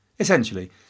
Essentially